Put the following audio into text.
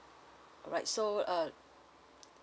right so uh